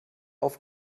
auf